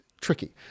tricky